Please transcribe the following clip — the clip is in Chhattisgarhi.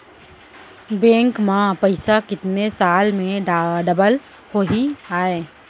बैंक में पइसा कितने साल में डबल होही आय?